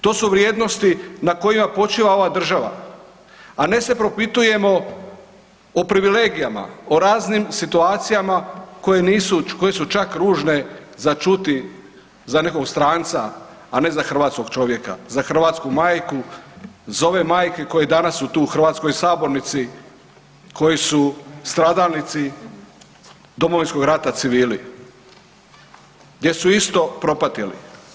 To su vrijednosti na kojima počiva ova država, a ne se propitujemo o privilegijama, o raznim situacijama koje nisu, koje su čak ružne za čuti za nekog stranca, a ne za hrvatskog čovjeka, za hrvatsku majku, za ove majke koje danas su tu u hrvatskoj sabornici koji su stradalnici Domovinskog rata civili gdje su isto propatili.